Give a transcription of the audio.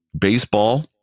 Baseball